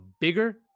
bigger